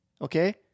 okay